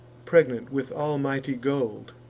pregnant with almighty gold,